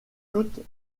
toutes